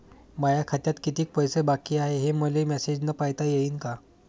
माया खात्यात कितीक पैसे बाकी हाय, हे मले मॅसेजन पायता येईन का?